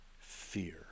fear